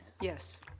Yes